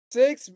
six